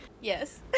Yes